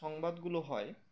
সংবাদগুলো হয়